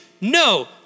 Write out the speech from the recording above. No